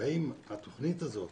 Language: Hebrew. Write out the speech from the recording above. ואם התוכנית הזאת,